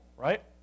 Right